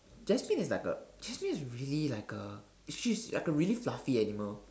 Jasmine is like a Jasmine is really like a she's like a really fluffy animal